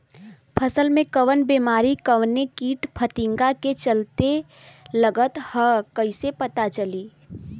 फसल में कवन बेमारी कवने कीट फतिंगा के चलते लगल ह कइसे पता चली?